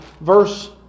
verse